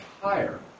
higher